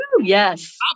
Yes